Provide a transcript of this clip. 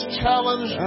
challenge